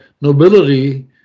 nobility